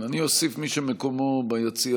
(בידוד במקום לבידוד מטעם